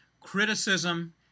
criticism